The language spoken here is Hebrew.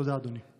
תודה, אדוני.